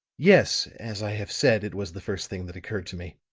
yes. as i have said, it was the first thing that occurred to me.